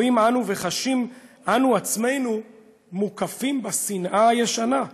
רואים אנו וחשים אנו עצמנו מוקפים בשנאה הישנה,